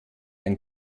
ein